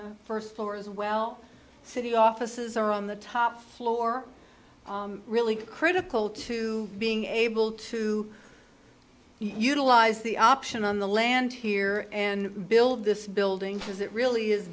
the first floor as well city offices are on the top floor really critical to being able to utilize the option on the land here and build this building because it really is